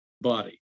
body